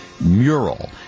mural